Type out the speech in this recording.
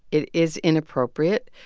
it is inappropriate.